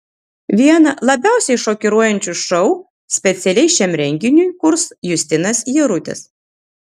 vieną labiausiai šokiruojančių šou specialiai šiam renginiui kurs justinas jarutis